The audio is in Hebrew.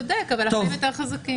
אתה צודק אבל החיים יותר חזקים.